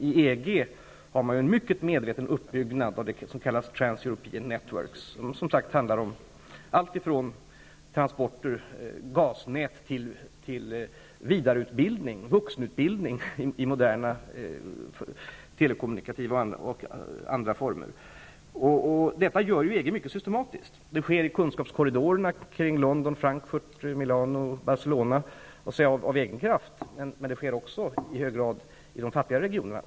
I EG finns en mycket medveten uppbyggnad av det som kallas Transeuropean Networks, som handlar om alltifrån transporter och gasnät till vidareutbildning, vuxenutbildning i moderna telekommunikationssystem och andra former. Detta gör EG mycket systematiskt. Det sker i kunskapskorridorerna kring London, Frankfurt, Milano och Barcelona av egen kraft. Men det sker också i hög grad i de fattiga regionerna.